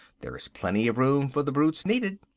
there is plenty of room for the brutes needed.